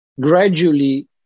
gradually